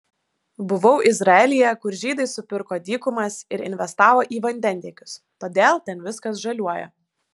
buvau izraelyje kur žydai supirko dykumas ir investavo į vandentiekius todėl ten viskas žaliuoja